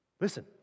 Listen